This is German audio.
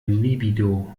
libido